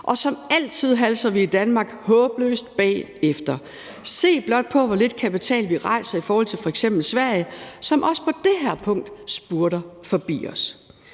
Og som altid halser vi i Danmark håbløst bagefter. Se blot på, hvor lidt kapital vi rejser i forhold til f.eks. Sverige, som også på det her punkt spurter forbi os.